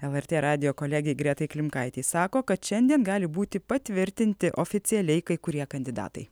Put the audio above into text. lrt radijo kolegei gretai klimkaitei sako kad šiandien gali būti patvirtinti oficialiai kai kurie kandidatai